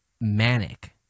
manic